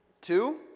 Two